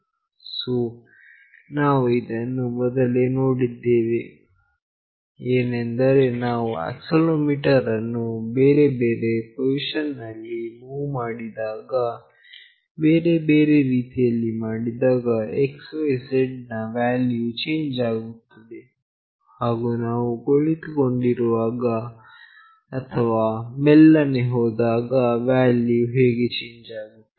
so ನಾವು ಇದನ್ನು ಮೊದಲೇ ನೋಡಿದ್ದೇವೆ ಏನೆಂದರೆ ನಾವು ಆಕ್ಸೆಲೆರೋಮೀಟರ್ ಅನ್ನು ಬೇರೆ ಬೇರೆ ಪೊಸಿಷನ್ ನಲ್ಲಿ ಮೂವ್ ಮಾಡಿದಾಗ ಬೇರೆ ಬೇರೆ ರೀತಿಯಲ್ಲಿ ಮಾಡಿದಾಗ x y z ಗಳ ವ್ಯಾಲ್ಯೂ ವು ಚೇಂಜ್ ಆಗುತ್ತದೆ ಹಾಗು ನಾವು ಕುಳಿತುಕೊಂಡಿರುವಾಗ ಅಥವಾ ಮೆಲ್ಲನೆ ಹೋದಾಗ ವ್ಯಾಲ್ಯೂವು ಹೇಗೆ ಚೇಂಜ್ ಆಗುತ್ತದೆ